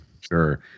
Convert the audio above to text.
Sure